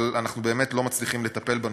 אבל אנחנו באמת לא מצליחים לטפל בנושא.